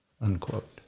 unquote